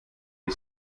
die